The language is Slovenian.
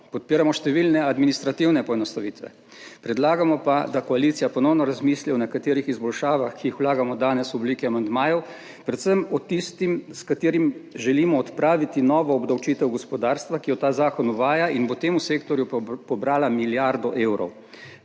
podpiramo številne administrativne poenostavitve, predlagamo pa, da koalicija ponovno razmisli o nekaterih izboljšavah, ki jih vlagamo danes v obliki amandmajev, predvsem o tistih, s katerim želimo odpraviti novo obdavčitev gospodarstva, ki jo ta zakon uvaja in bo temu sektorju pobrala milijardo evrov.